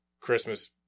Christmas